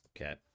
Okay